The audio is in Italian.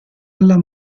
alla